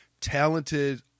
talented